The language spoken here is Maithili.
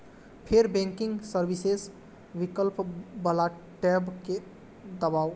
फेर बैंकिंग सर्विसेज विकल्प बला टैब कें दबाउ